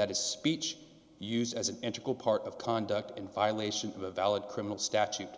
that his speech used as an integral part of conduct in violation of a valid criminal statute